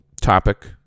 topic